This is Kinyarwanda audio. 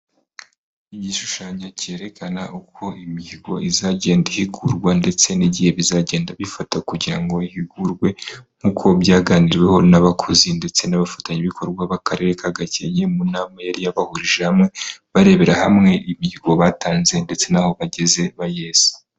Igishushanyo cyerekana uko imihigo izagenda ihigurwa ndetse n'igihe bizagenda bifata kugira ngo ihigurwe nkuko byaganiriweho n'abakozi ndetse n'abafatanyabikorwa b'akarere ka Gakenke, mu nama yari yabahurije hamwe, barebera hamwe imihigo batanze ndetse n'aho bageze bayesa.